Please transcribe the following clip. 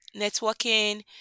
networking